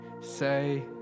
say